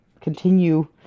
continue